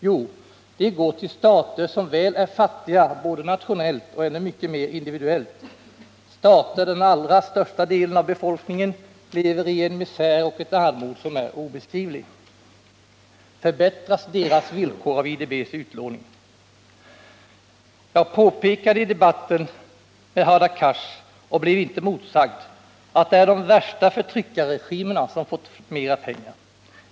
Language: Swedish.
Jo, de går till stater som väl är fattiga både nationellt och mycket mer individuellt, stater där den allra största delen av befolkningen lever i en misär och ett armod som inte kan beskrivas. Förbättras villkoren av IDB:s utlåning? Jag påpekade i debatten med Hadar Cars, och blev inte motsagd, att det är de värsta förtryckarregimerna som har fått mera pengar.